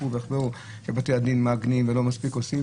ושמעתי איך הם צעקו שבתי הדין מעגנים ולא עושים מספיק,